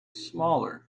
smaller